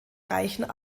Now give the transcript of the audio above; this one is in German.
reichen